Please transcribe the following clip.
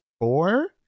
four